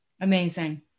Amazing